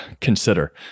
consider